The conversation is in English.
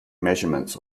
measurements